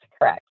Correct